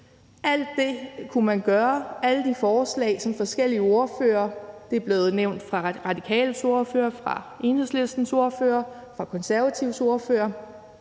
Alt det kunne man gøre. Alle de forslag, som forskellige ordførere har nævnt – det er blevet nævnt af Radikales ordfører, af Enhedslistens ordfører og af Konservatives ordfører